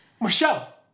Michelle